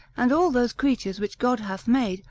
and all those creatures which god hath made,